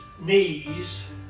knees